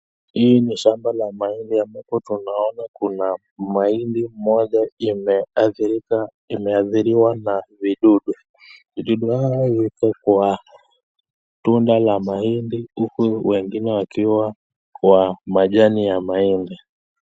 Hii ni shamba la mahindi ambapo tunaona kuna mahindi moja imeadhirika imeadhiriwa na vidudu. Vidudu hawa wako kwa tunda la mahindi huku wengine wakiwa kwa majani ya mahindi.